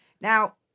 Now